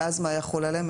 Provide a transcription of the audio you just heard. ואז מה יחול עליהם?